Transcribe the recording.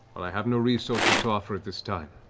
and i have no resources to offer at this time,